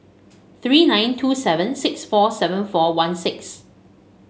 three nine two seven six four seven four one six